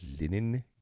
linen